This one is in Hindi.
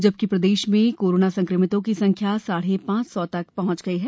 जबकि प्रदेश में कोरोना संक्रमितों की संख्या साढ़े पांच सौ तक पहुँच गयी है